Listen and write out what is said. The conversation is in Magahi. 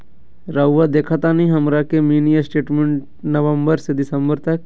रहुआ देखतानी हमरा के मिनी स्टेटमेंट नवंबर से दिसंबर तक?